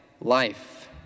life